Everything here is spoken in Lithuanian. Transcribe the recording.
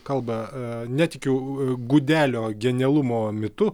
kalbą netikiu gudelio genialumo mitu